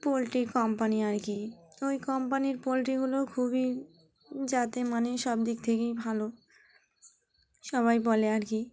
পোলট্রির কোম্পানি আর কি ওই কোম্পানির পোলট্রিগুলো খুবই জাতে মানে সব দিক থেকেই ভালো সবাই বলে আর কি